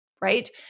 right